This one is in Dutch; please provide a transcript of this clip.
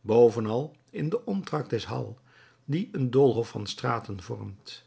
bovenal in den omtrek des halles die een doolhof van straten vormt